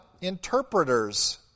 interpreters